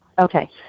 Okay